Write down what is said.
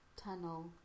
tunnel